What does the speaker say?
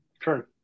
true